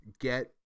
get